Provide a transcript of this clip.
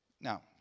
Now